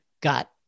got